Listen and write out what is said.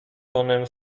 tonem